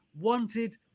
wanted